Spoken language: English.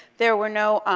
there were no,